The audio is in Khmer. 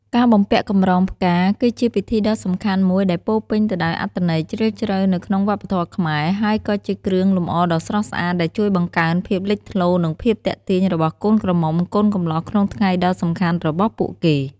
ការបំពាក់កម្រងផ្កា គឺជាពិធីដ៏សំខាន់មួយដែលពោរពេញទៅដោយអត្ថន័យជ្រាលជ្រៅនៅក្នុងវប្បធម៌ខ្មែរ ហើយក៏ជាគ្រឿងលម្អដ៏ស្រស់ស្អាតដែលជួយបង្កើនភាពលេចធ្លោ និងភាពទាក់ទាញរបស់កូនក្រមុំ កូនកំលោះក្នុងថ្ងៃដ៏សំខាន់របស់ពួកគេ។